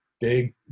big